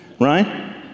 Right